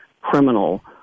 criminal